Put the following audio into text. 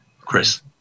Chris